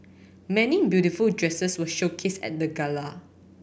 many beautiful dresses were showcased at the gala